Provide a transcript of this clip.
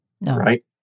Right